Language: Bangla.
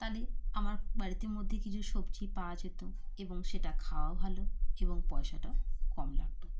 তাহলে আমার বাড়িতে মধ্যে কিছু সবজি পাওয়া যেত এবং সেটা খাওয়াও ভালো এবং পয়সাটাও কম লাগতো